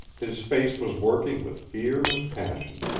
his face was working with fear and passion.